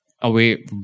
away